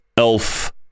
Elf